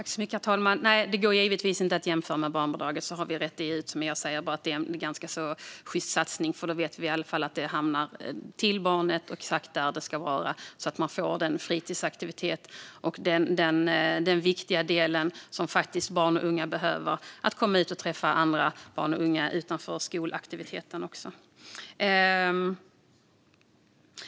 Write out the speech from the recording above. Herr talman! Nej, det går givetvis inte att jämföra med barnbidraget, så har vi rett ut det. Jag säger bara att det är en ganska sjyst satsning, för då vet vi i alla fall att det går till barnet och hamnar exakt där det ska vara så att man får den fritidsaktiviteten och den viktiga delen som barn och unga behöver - att komma ut och träffa andra barn och unga också utanför skolaktiviteten.